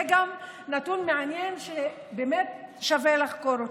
גם זה נתון מעניין שבאמת שווה לחקור.